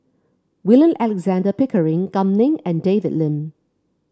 William Alexander Pickering Kam Ning and David Lim